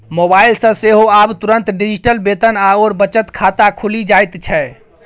mobile सँ सेहो आब तुरंत डिजिटल वेतन आओर बचत खाता खुलि जाइत छै